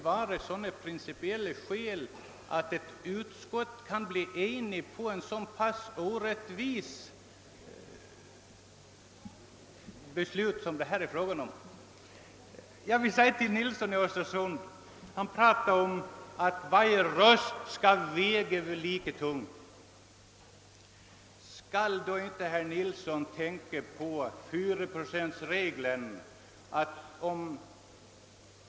Men kan de principiella skälen vara så starka att ett utskott kan vara enigt om ett så pass orättvist beslut som det här är fråga om? Herr Nilsson i Östersund talade om att varje röst skall väga lika tungt. Jag vill då be herr Nilsson att tänka på fyraprocentsregeln.